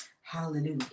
Hallelujah